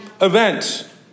event